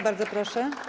Bardzo proszę.